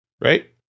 right